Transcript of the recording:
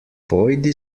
pojdi